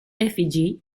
effigy